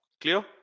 clear